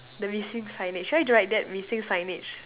the missing signage should I draw like that missing signage